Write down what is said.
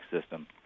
system